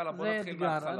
יאללה, בוא נתחיל מהתחלה.